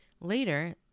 later